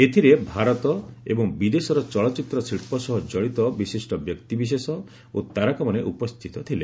ଏଥିରେ ଭାରତ ଏବଂ ବିଦେଶର ଚଳଚ୍ଚିତ୍ର ଶିଳ୍ପ ସହ ଜଡ଼ିତ ବିଶିଷ୍ଟ ବ୍ୟକ୍ତି ବିଶେଷ ଓ ତାରକାମାନେ ଉପସ୍ଥିତ ଥିଲେ